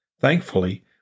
Thankfully